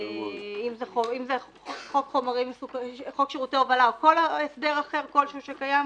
אם זה חוק שירותי הובלה או כל הסדר אחר כלשהו שקיים,